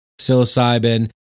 psilocybin